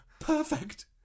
Perfect